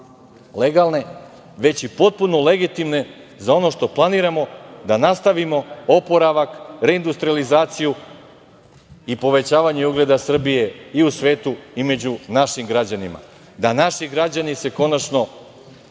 legalne, već i potpuno legitimne za ono što planiramo da nastavimo oporavak, reindustrijalizaciju i povećavanje ugleda Srbije i u svetu i među našim građanima, da se naši građani konačno